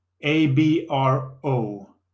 A-B-R-O